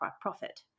profit